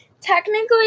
Technically